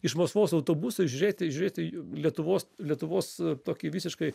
iš maskvos autobusai žiūrėti žiūrėti jų lietuvos lietuvos tokį visiškai